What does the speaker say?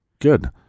Good